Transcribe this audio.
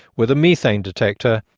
with a methane detector,